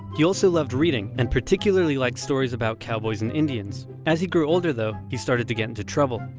he also loved reading and particularly liked stories about cowboys and indians. as he grew older, though, he started to get into trouble.